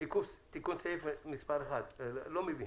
בתיקון סעיף מס' 1 אני לא מבין